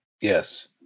Yes